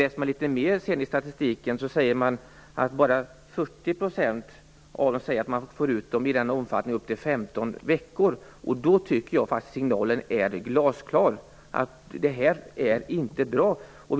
Men studerar man statistiken litet mera, finner man att bara 40 % säger att man får ut eleverna i upp till 15 veckor. Då tycker jag faktiskt att signalen är glasklar: Det här är inte bra. Herr talman!